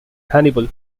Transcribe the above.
hannibal